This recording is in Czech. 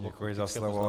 Děkuji za slovo.